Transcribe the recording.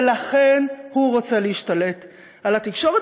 ולכן הוא רוצה להשתלט על התקשורת.